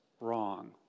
wrong